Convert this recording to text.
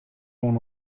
oan